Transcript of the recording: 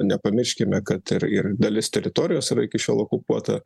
nepamirškime kad ir ir dalis teritorijos yra iki šiol okupuota